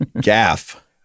Gaff